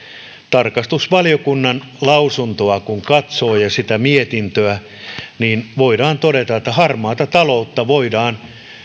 tarkastusvaliokunnan lausuntoa ja sitä mietintöä kun katsoo voi todeta että harmaata taloutta voidaan